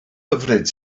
hyfryd